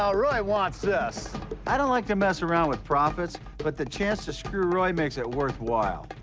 um roy wants this i don't like to mess around with profits but the chance to screw roy makes it worthwhile